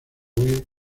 huir